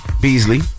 Beasley